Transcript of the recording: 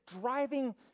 driving